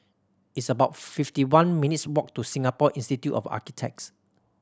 it's about fifty one minutes' walk to Singapore Institute of Architects